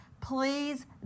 Please